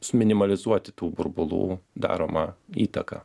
suminimalizuoti tų burbulų daromą įtaką